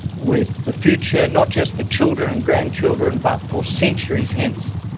with the future, not just for children and grandchildren but for centuries hence.